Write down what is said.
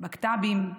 בקת"בים,